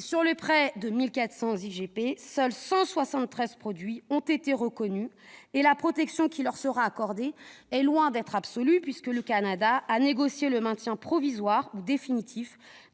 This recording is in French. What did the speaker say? Sur près de 1 400 IGP, seuls 173 produits ont été reconnus. En outre, la protection qui leur sera accordée est loin d'être absolue, puisque le Canada a négocié le maintien provisoire ou définitif